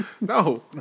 No